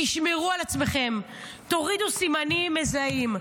תשמרו על עצמכם, תורידו סימנים מזהים.